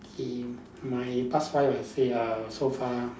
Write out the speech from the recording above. K my past five I would say uh so far